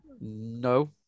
No